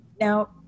Now